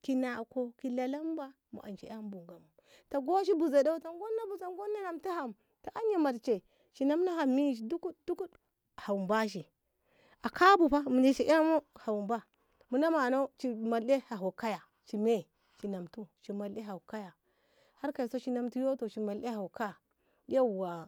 kina ko ki lalamba ence a mu bo Ngamo ta goshi buze ɗo ta gonna buze gunna warshi ham kin wanshi ham ta anya marshe shi warno hamyi dogod dogod ham bashi akabu fa a kabufa mu dishi enmu mino mano ci malle aho kaya har kaiso shi metu mel hauka yauwa